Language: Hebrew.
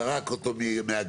זרק אותו מהגג.